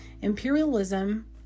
Imperialism